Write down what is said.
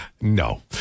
No